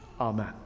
amen